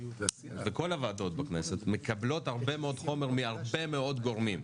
כל הוועדות בכנסת מקבלות הרבה מאוד חומר מהרבה מאוד גורמים.